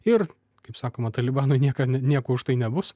ir kaip sakoma talibanui nieka nieko už tai nebus